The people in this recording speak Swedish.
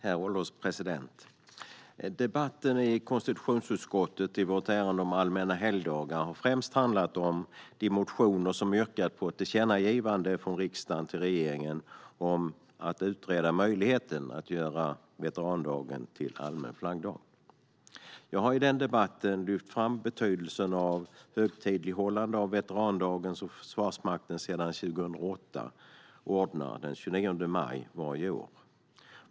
Herr ålderspresident! Debatten i konstitutionsutskottet i vårt ärende om allmänna helgdagar har främst handlat om de motioner där det yrkas på ett tillkännagivande från riksdagen till regeringen om att utreda möjligheten att göra veterandagen till allmän flaggdag. Jag har i debatten lyft fram betydelsen av högtidlighållande av veterandagen, som sedan 2008 anordnas av Försvarsmakten den 29 maj varje år.